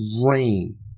rain